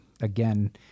again